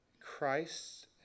christ